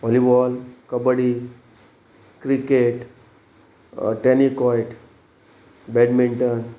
volleyball kabaddi cricket tennikoit badminton